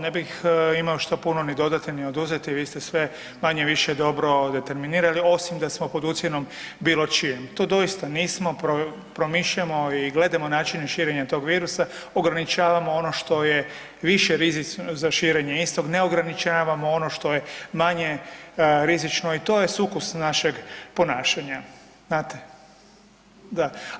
ne bih imao šta puno ni dodati ni oduzeti vi ste sve manje-više dobro determinirali osim da smo pod ucjenom bilo čijem, to doista nismo, promišljamo i gledamo načine širenja tog virusa, ograničavamo ono što je više rizično za širenje istog, ne ograničavamo ono što je manje rizično i to je sukus našeg ponašanja, znate, da.